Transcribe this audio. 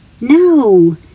No